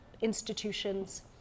institutions